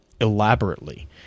elaborately